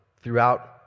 throughout